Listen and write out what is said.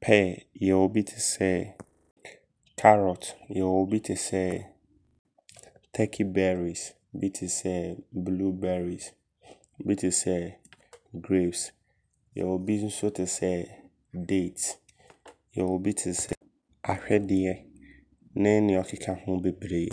pear. Yɛwɔ bi tesɛ carrot Yɛwɔ bi tesɛ Turkeyberrys. Yɛwɔ bi tesɛ blueberrys. Yɛwɔ bi tesɛ grapes. Yɛwɔ bi nso tesɛ date. Yɛwɔ bi tesɛ ahwedeɛ. Ne neɛ ɔkeka ho bebree.